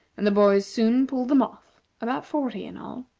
and the boys soon pulled them off, about forty in all.